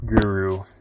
guru